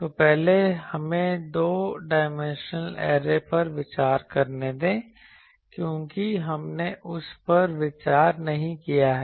तो पहले हमें दो डायमेंशनल ऐरे पर विचार करने दें क्योंकि हमने उस पर विचार नहीं किया है